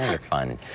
it's fun.